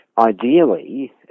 ideally